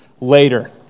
later